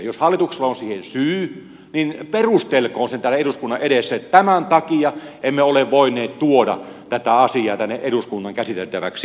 jos hallituksella on siihen syy niin perustelkoon sen täällä eduskunnan edessä että tämän takia emme ole voineet tuoda tätä asiaa tänne eduskunnan käsiteltäväksi